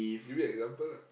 give me example lah